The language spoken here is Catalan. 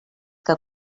que